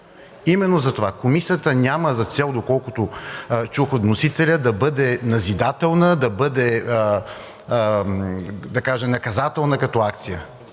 Именно затова Комисията няма за цел, доколкото чух от вносителя, да бъде назидателна, да бъде наказателна като акция.